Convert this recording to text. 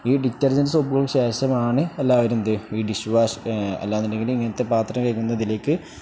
ഈ ഡിറ്റർജൻ്റ് സോപ്പുകൾ ശേഷമാണ് എല്ലാവരും എന്ത് ഈ ഡിഷ് വാഷ് അല്ലാന്നുണ്ടെങ്കിൽ ഇങ്ങനത്തെ പാത്രം കഴകുന്ന ഇതിലേക്ക്